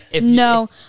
no